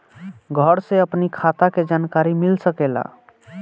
घर से अपनी खाता के जानकारी मिल सकेला?